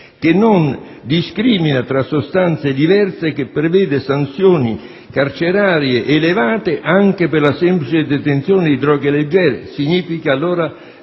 che non discrimina tra sostanze diverse e che prevede sanzioni carcerarie elevate anche per la semplice detenzione di droghe leggere»; significa allora